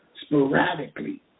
sporadically